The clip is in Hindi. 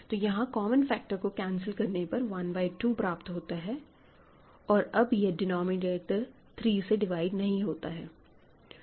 तो यहां कॉमन फैक्टर को कैंसिल करने पर 1 बाय 2 प्राप्त होता है और अब यह डिनोमिनेटर 3 से डिवाइड नहीं होता है